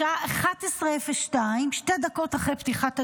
בשעה 11:02, שתי דקות אחרי פתיחת הדיון,